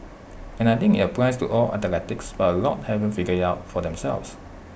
and I think IT applies to all athletes but A lot haven't figured IT out for themselves